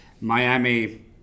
Miami